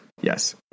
Yes